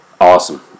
Awesome